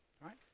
right